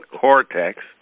cortex